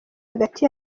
hagati